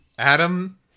Adam